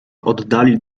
oddali